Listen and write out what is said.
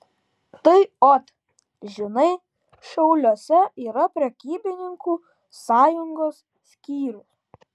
tai ot žinai šiauliuose yra prekybininkų sąjungos skyrius